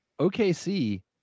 OKC